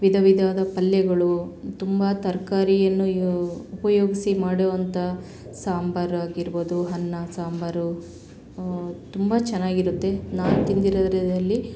ವಿಧ ವಿಧವಾದ ಪಲ್ಯಗಳು ತುಂಬ ತರಕಾರಿಯನ್ನು ಯು ಉಪಯೋಗಿಸಿ ಮಾಡುವಂಥ ಸಾಂಬಾರಾಗಿರ್ಬೋದು ಅನ್ನ ಸಾಂಬಾರು ತುಂಬ ಚೆನ್ನಾಗಿರುತ್ತೆ ನಾನು ತಿಂದಿರೋದರಲ್ಲಿ